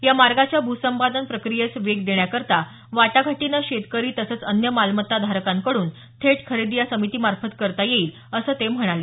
या मार्गाच्या भूसंपादन प्रक्रियेस वेग देण्याकरता वाटाघाटीने शेतकरी तसंच अन्य मालमत्ता धारकांकडून थेट खरेदी या समितीमार्फत करता येईल असं ते म्हणाले